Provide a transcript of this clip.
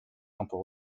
d’impôt